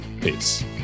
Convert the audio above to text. peace